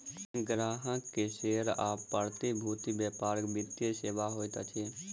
ग्राहक के शेयर आ प्रतिभूति व्यापार वित्तीय सेवा होइत अछि